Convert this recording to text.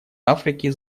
африки